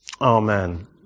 Amen